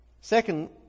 Second